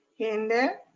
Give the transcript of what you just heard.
here and there.